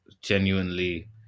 genuinely